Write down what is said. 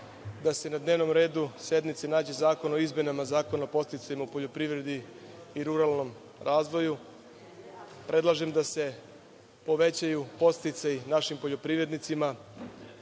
da se na dnevnom redu sednice nađe Predlog zakona o izmenama Zakona o podsticajima u poljoprivredi i ruralnom razvoju. Predlažem da se povećaju podsticaji našim poljoprivrednicima